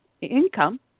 income